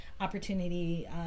opportunity